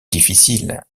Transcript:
difficiles